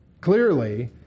clearly